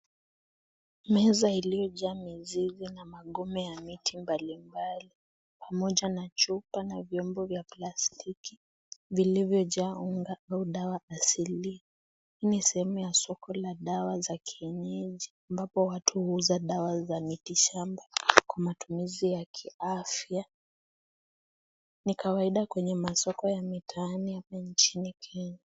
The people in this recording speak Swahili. Meza iliyojaa mizizi na magombe ya miti mbalimbali pamoja na chupa na vyombo vya plastiki vilivyojaa unga au dawa asili. Ni sehemu ya soko la dawa ya kienyeji ambapo watu huuza dawa za mitishamba kwa matumizi ya kiafya. Ni kawaida kwenye masoko ya mitaani hapa nchini Kenya.